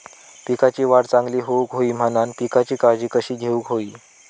पिकाची वाढ चांगली होऊक होई म्हणान पिकाची काळजी कशी घेऊक होई?